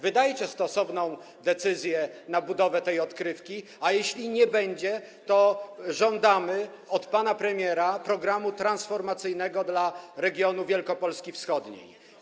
Wydajcie stosowną decyzję na budowę tej odkrywki, a jeśli jej nie będzie, to żądamy od pana premiera programu transformacyjnego dla regionu Wielkopolski wschodniej.